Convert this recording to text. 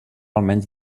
almenys